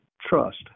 trust